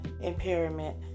impairment